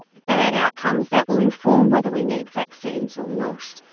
bad outcomes, that will inform whether we need vaccines or not.